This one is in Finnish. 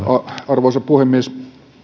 arvoisa puhemies